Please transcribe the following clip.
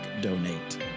Donate